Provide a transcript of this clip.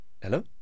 Hello